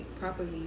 properly